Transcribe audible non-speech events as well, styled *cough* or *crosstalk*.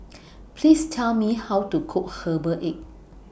*noise* Please Tell Me How to Cook Herbal Egg